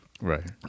Right